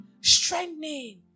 strengthening